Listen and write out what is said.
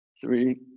three